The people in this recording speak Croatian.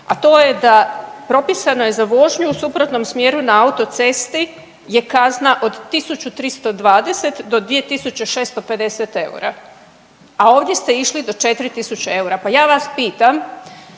a to je da propisano je za vožnju u suprotnom smjeru na autocesti je kazna od 1.320 do 2.650 eura, a ovdje ste išli do 4 tisuće eura, pa ja vas pitam